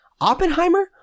Oppenheimer